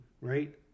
right